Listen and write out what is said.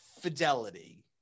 fidelity